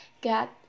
get